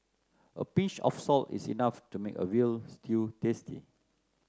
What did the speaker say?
a pinch of salt is enough to make a veal stew tasty